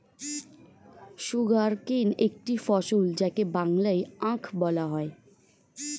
sugarcane একটি ফসল যাকে বাংলায় আখ বলা হয়